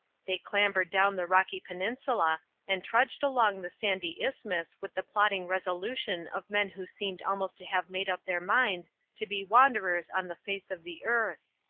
they clambered down the rocky peninsula and trudged along the sandy isthmus with the plodding resolution of men who seemed almost to have made up their minds to be wanderers on the face of the earth.